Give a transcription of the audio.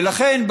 ולכן,